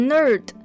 Nerd